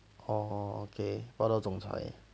oh okay 霸道总裁